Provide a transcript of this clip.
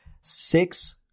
six